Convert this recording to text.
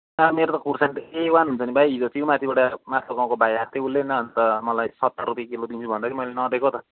ला मेरो त खोर्सानी त ए वान हुन्छ नि भाइ हिजोअस्ति उहीँ माथिबाट माथिल्लो गाउँको भाइ आएको थियो उसले नि अन्त मलाई सत्तर रुपियाँ किलो दिन्छु भन्दाखेरि मैले नदिएको त